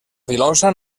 filosa